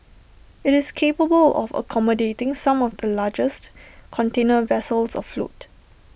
IT is capable of accommodating some of the largest container vessels afloat